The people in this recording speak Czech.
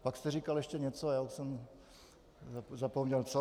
Pak jste říkal ještě něco a já už jsem zapomněl co.